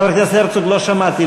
חבר הכנסת הרצוג, לא שמעתי.